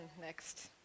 next